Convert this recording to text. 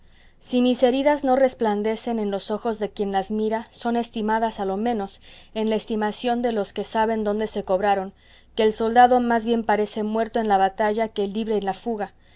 si mis heridas no resplandecen en los ojos de quien las mira son estimadas a lo menos en la estimación de los que saben dónde se cobraron que el soldado más bien parece muerto en la batalla que libre en la fuga